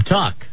Talk